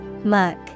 Muck